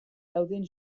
dauden